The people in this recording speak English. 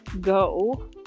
go